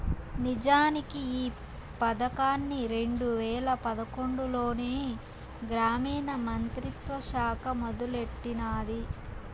నిజానికి ఈ పదకాన్ని రెండు వేల పదకొండులోనే గ్రామీణ మంత్రిత్వ శాఖ మొదలెట్టినాది